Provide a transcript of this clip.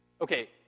Okay